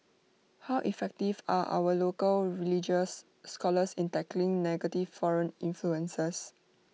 how effective are our local religious scholars in tackling negative foreign influences